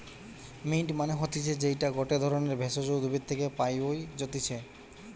mint মানে হতিছে যেইটা গটে ধরণের ভেষজ উদ্ভিদ থেকে পাওয় যাই্তিছে